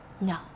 No